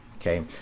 okay